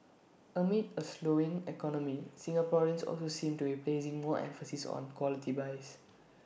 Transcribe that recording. amid A slowing economy Singaporeans also seem to be placing more emphasis on quality buys